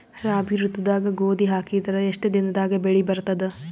ರಾಬಿ ಋತುದಾಗ ಗೋಧಿ ಹಾಕಿದರ ಎಷ್ಟ ದಿನದಾಗ ಬೆಳಿ ಬರತದ?